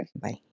Bye